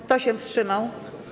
Kto się wstrzymał?